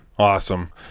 awesome